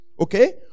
Okay